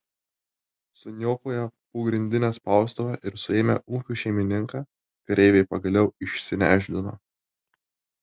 suniokoję pogrindinę spaustuvę ir suėmę ūkio šeimininką kareiviai pagaliau išsinešdino